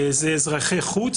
זה אזרחי חוץ,